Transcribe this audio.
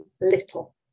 little